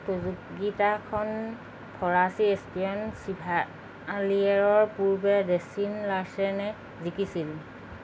প্ৰতিযোগিতাখন ফৰাচী এস্তিয়ন চিভালিয়েৰৰ পূৰ্বে ৰেছিন লাৰ্ছেনে জিকিছিল